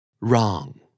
Wrong